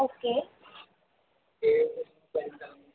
okay